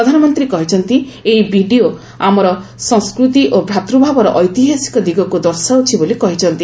ପ୍ରଧାନମନ୍ତ୍ରୀ କହିଛନ୍ତି ଏହି ଭିଡିଓ ଆମର ସଂସ୍କୃତି ଓ ଭ୍ରାତୃଭାବର ଐତିହାସିକ ଦିଗକୁ ଦର୍ଶାଉଛି ବୋଲି କହିଛନ୍ତି